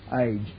age